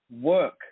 Work